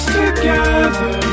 together